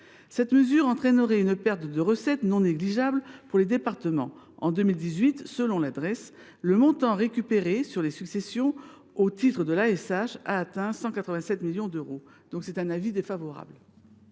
Cette mesure entraînerait une perte de recettes non négligeable pour les départements. En 2018, selon la Drees, le montant récupéré sur les successions au titre de l’ASH a atteint 187 millions d’euros. La commission émet, sur cet